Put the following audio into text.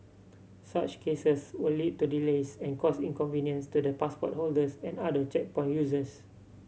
such cases will lead to delays and cause inconvenience to the passport holders and other checkpoint users